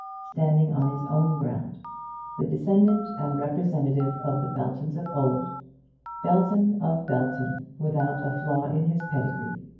standing on his own ground the descendant and representative of the beltons of old belton of belton without a flaw in his pedigree!